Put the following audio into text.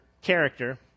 character